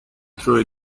through